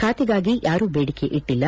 ಬಾತೆಗಾಗಿ ಯಾರೂ ಬೇಡಿಕೆ ಇಟ್ಟಿಲ್ಲ